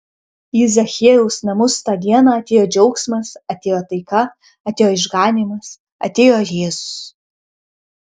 į zachiejaus namus tą dieną atėjo džiaugsmas atėjo taika atėjo išganymas atėjo jėzus